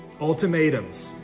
ultimatums